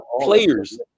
players